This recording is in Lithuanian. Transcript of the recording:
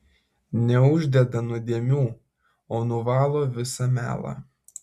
neuždeda nuodėmių o nuvalo visą melą